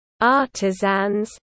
artisans